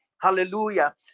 Hallelujah